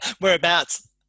Whereabouts